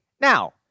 Now